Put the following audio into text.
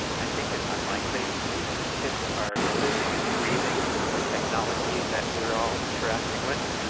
i think it's unlikely. these kids are living and breathing the technology that we're all interacting with,